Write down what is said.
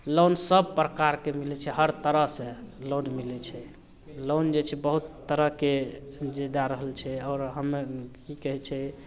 loan सब प्रकारके मिलै छै हर तरहसे लोन मिलै छै लोन जे छै बहुत तरहके जे दै रहल छै आओर हमे कि कहै छै